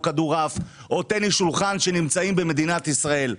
כדור עף או טניס שולחן שנמצאים במדינת ישראל.